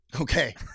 Okay